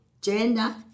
gender